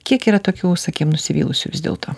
kiek yra tokių sakim nusivylusių vis dėlto